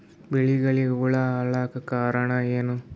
ಬೆಳಿಗೊಳಿಗ ಹುಳ ಆಲಕ್ಕ ಕಾರಣಯೇನು?